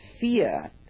fear